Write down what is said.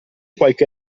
qualche